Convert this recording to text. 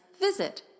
visit